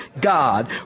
God